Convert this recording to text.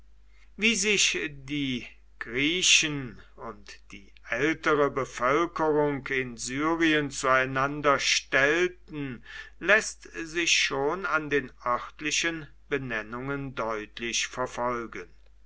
wie sich die griechen und die ältere bevölkerung in syrien zueinander stellten läßt sich schon an den örtlichen benennungen deutlich verfolgen